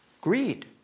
Greed